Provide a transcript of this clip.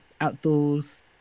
outdoors